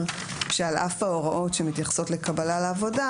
שעל אף ההוראות שמתייחסות לקבלה לעבודה,